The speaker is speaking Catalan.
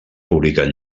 publicat